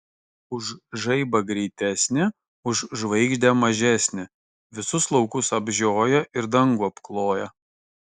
už žaibą greitesnė už žvaigždę mažesnė visus laukus apžioja ir dangų apkloja